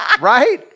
Right